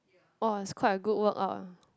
oh is quite a good workout ah